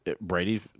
Brady's